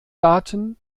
daten